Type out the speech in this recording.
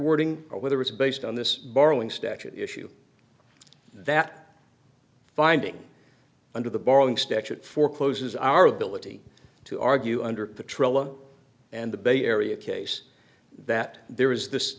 wording or whether it's based on this borrowing statute issue that finding under the borrowing statute forecloses our ability to argue under the trauma and the bay area case that there is this